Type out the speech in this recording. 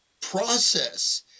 process